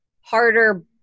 harder